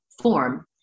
form